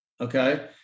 okay